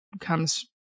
comes